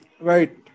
Right